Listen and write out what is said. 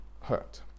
hurt